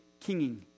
kinging